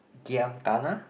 Giam Kana